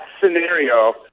scenario